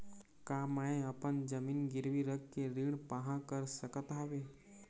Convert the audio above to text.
का मैं अपन जमीन गिरवी रख के ऋण पाहां कर सकत हावे?